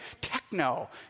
techno